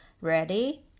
Ready